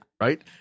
Right